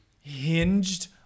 hinged